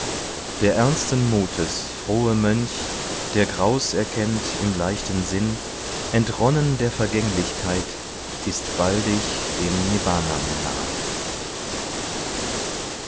der ernsten mutes frohe mönch der graus erkennt im leichten sinn entronnen der vergänglichkeit ist baldig dem